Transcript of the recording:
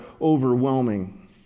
overwhelming